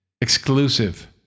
exclusive